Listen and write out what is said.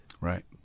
right